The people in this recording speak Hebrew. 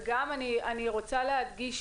וגם אני רוצה להדגיש,